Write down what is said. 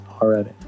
already